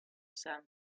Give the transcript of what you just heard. sand